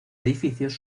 edificios